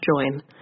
join